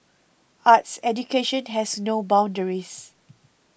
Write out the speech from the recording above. arts education has no boundaries